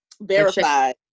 Verified